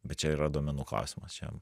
bet čia yra duomenų klausimas čia